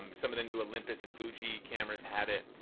um some of the new olympus and fuji cameras have it.